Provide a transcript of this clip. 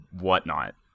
whatnot